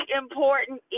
important